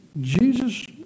Jesus